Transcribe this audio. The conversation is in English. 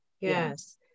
Yes